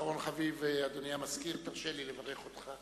אחרון חביב, אדוני המזכיר, הרשה לי לברך אותך.